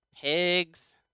pigs